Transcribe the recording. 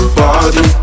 body